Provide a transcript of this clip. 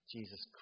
Jesus